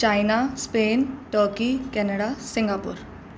China Spain turkey Canada Singapore